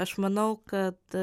aš manau kad